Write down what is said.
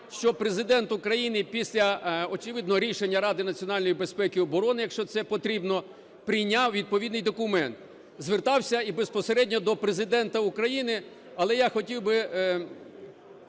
щоб Президент України після, очевидно, рішення Ради національної безпеки і оборони, якщо це потрібно, прийняв відповідний документ. Звертався і безпосередньо до Президента України. Але я хотів би